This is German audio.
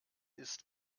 ist